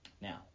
Now